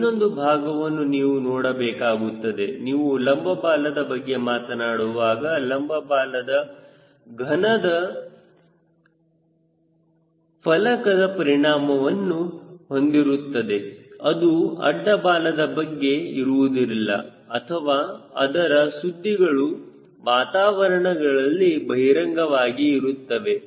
ಇನ್ನೊಂದು ಭಾಗವನ್ನು ನೀವು ನೋಡಬೇಕಾಗುತ್ತದೆ ನೀವು ಲಂಬ ಬಾಲದ ಬಗ್ಗೆ ಮಾತನಾಡುವಾಗ ಲಂಬ ಬಾಲವು ಫಲಕದ ಪರಿಣಾಮವನ್ನು ಹೊಂದಿರುತ್ತದೆ ಅದು ಅಡ್ಡ ಬಾಲದ ಹಾಗೆ ಇರುವುದಿಲ್ಲ ಅಥವಾ ಅದರ ಸುದ್ದಿಗಳು ವಾತಾವರಣದಲ್ಲಿ ಬಹಿರಂಗವಾಗಿ ಇರುತ್ತವೆ